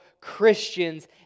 Christians